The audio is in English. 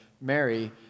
Mary